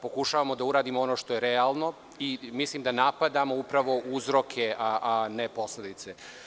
Pokušavamo da uradimo ono što je realno i mislim da napadamo upravo uzroke, a ne posledice.